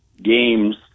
games